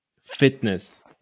fitness